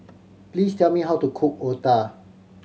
please tell me how to cook otah